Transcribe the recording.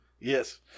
Yes